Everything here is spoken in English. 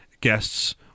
guests